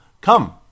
Come